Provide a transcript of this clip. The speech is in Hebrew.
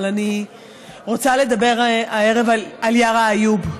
אבל אני רוצה לדבר הערב על יארא איוב.